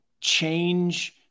change